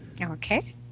Okay